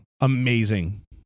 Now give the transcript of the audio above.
Amazing